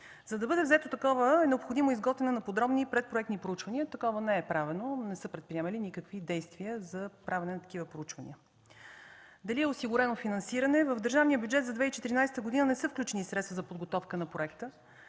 За да бъде взето такова решение, е необходимо изготвяне на подробни предпроектни проучвания. Такива не са правени, не са предприемани никакви действия за правене на такива проучвания. Дали е осигурено финансиране? В държавния бюджет за 2014 г. не са включени средства за подготовка на проекта